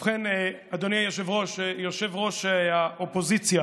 ובכן, אדוני היושב-ראש, יושב-ראש האופוזיציה